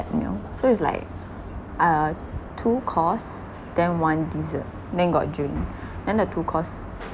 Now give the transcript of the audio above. meal so is like uh two course then one dessert then got drink then the two course